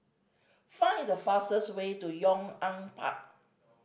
find the fastest way to Yong An Park